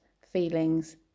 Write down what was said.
feelings